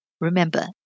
Remember